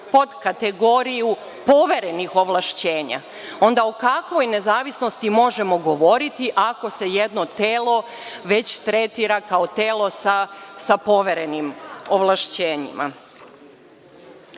pod kategoriju poverenih ovlašćenja. Onda, o kakvoj nezavisnosti možemo govoriti ako se jedno telo već tretira kao telo sa poverenim ovlašćenjima? Takođe